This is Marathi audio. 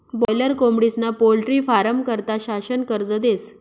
बाॅयलर कोंबडीस्ना पोल्ट्री फारमं करता शासन कर्ज देस